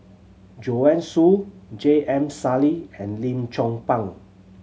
Joanne Soo J M Sali and Lim Chong Pang